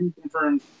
confirmed